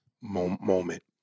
Moment